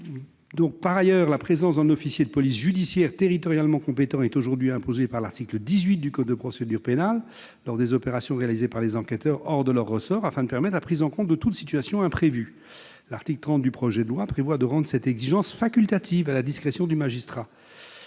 Par ailleurs, la présence d'un officier de police judiciaire territorialement compétent est aujourd'hui imposée par l'article 18 du code de procédure pénale lors des opérations réalisées par les enquêteurs hors de leur ressort, afin de permettre la prise en compte de toute situation imprévue. L'article 30 du projet de loi prévoit de rendre cette exigence facultative, à la discrétion du magistrat.